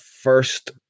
first